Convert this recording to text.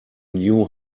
new